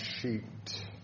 sheet